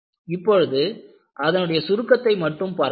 இப்பொழுது அதனுடைய சுருக்கத்தை மட்டும் பார்க்கலாம்